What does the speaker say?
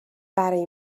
برای